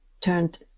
turned